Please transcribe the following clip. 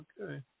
Okay